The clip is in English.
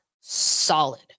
solid